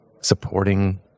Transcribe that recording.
supporting